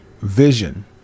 vision